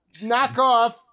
knockoff